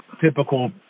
typical